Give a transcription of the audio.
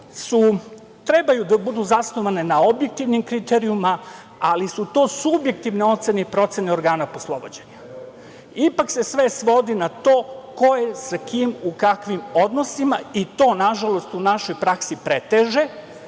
trebaju da budu zasnovane na objektivnim kriterijumima, ali su to subjektivne ocene i procene organa poslovođenja. Ipak se sve svodi na to ko je sa kim u kakvim odnosima i to, nažalost, u našoj praksi preteže,